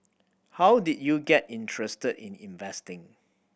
how did you get interested in investing